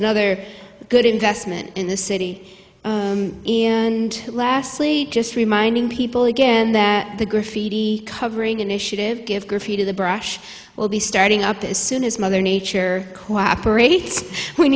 another good investment in the city and lastly just reminding people again that the graffiti covering initiative give graffiti the brush will be starting up as soon as mother nature cooperates we